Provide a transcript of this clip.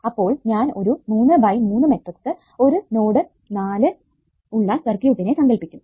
അപ്പോൾ ഞാൻ ഒരു 3 ബൈ 3 മെട്രിക്സ് ഒരു 4 നോഡ് ഉള്ള സർക്യൂട്ടിനെ സങ്കൽപ്പിക്കും